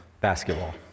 basketball